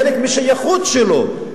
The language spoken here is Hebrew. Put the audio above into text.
חלק מהשייכות שלו,